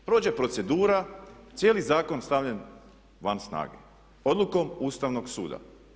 Prođe procedura, cijeli zakon stavljen van snage odlukom Ustavnog suda.